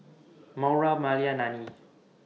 Maura Malia and Nannie